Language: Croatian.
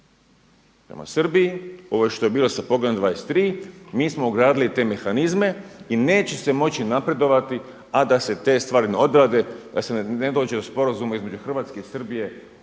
prema Srbiji. Ovo što je bilo sa poglavljem 23 mi smo ugradili te mehanizme i neće se moći napredovati, a da se te stvari ne odrade da se ne dođe u sporazumu između Hrvatske i Srbije